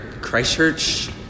Christchurch